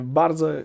bardzo